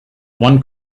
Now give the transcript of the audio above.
one